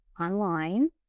online